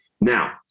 Now